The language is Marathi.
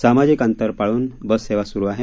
सामाजिक अंतर पाळून बस सेवा सुरु आहे